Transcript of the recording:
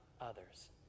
others